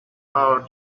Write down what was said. hour